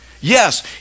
Yes